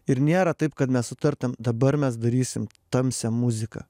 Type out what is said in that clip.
ir nėra taip kad mes sutartum dabar mes darysim tamsią muziką